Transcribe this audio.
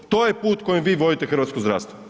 To je put kojem vi vodite hrvatsko zdravstvo.